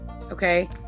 Okay